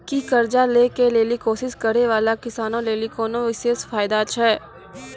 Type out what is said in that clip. कि कर्जा लै के लेली कोशिश करै बाला किसानो लेली कोनो विशेष फायदा छै?